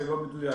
זה לא מדויק.